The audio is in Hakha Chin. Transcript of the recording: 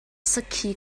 sakhi